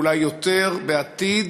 אולי יותר בעתיד,